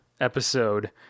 episode